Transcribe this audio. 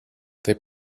they